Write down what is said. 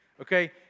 okay